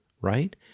right